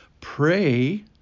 pray